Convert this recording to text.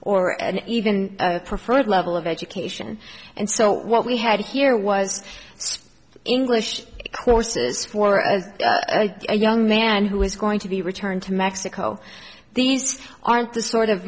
even preferred level of education and so what we had here was english courses for a young man who was going to be returned to mexico these aren't the sort of